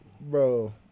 Bro